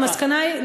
המסקנה היא,